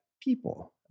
people